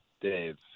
Dave